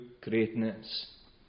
greatness